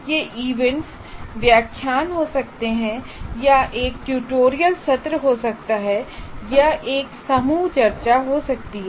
यह इवेंट्स व्याख्यान हो सकतेहैं या यह एक ट्यूटोरियल सत्र हो सकता है या यह एक समूह चर्चा हो सकती है